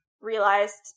Realized